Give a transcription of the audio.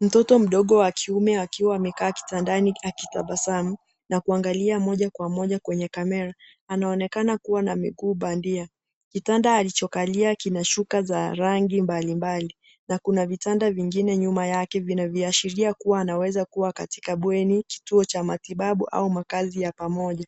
Mtoto mdogo wa kiume akiwa amekaa kitandani akitabasamu na kuangalia moja kwa moja kwenye kamera anaonekana kuwa na miguu bandia . Kitanda alichokalia kina shuka za rangi mbali mbali , na Kuna vitanda vingine nyuma yake vinavyoashiria kuwa anaweza kuwa katika bweni, kituo cha matibabu au makaazi ya pamoja.